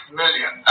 million